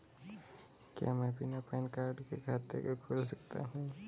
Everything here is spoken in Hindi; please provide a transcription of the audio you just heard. क्या मैं बिना पैन कार्ड के खाते को खोल सकता हूँ?